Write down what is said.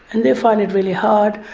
and they find it really hard,